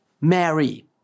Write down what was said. Mary